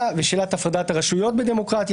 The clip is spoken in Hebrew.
אבל אני חושב שזאת הייתה נקודה שחשוב היה לדבר עליה לפני.